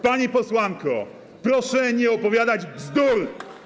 Pani posłanko, proszę nie opowiadać bzdur.